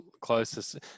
closest